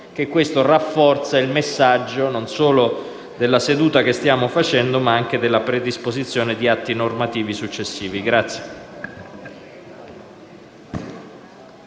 Grazie,